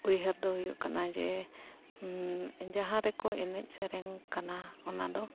ᱩᱭᱦᱟᱹᱨ ᱫᱚ ᱦᱩᱭᱩᱜ ᱠᱟᱱᱟ ᱡᱮ ᱡᱟᱦᱟᱸ ᱨᱮᱠᱚ ᱮᱱᱮᱡ ᱥᱮᱨᱮᱧ ᱠᱟᱱᱟ ᱚᱱᱟᱫᱚ